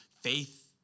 Faith